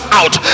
out